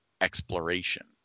exploration